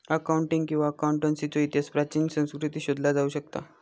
accounting किंवा अकाउंटन्सीचो इतिहास प्राचीन संस्कृतींत शोधला जाऊ शकता